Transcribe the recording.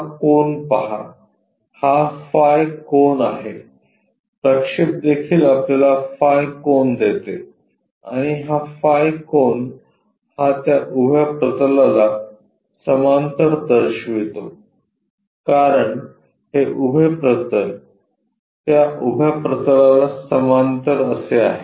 हा कोन पहा हा फाय कोन आहे प्रक्षेप देखील आपल्याला फाय कोन देते आणि हा फाय कोन हा त्या उभ्या प्रतलाला समांतर दर्शवितो कारण हे उभे प्रतल त्या उभ्या प्रतलाला समांतर असे आहे